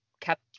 kept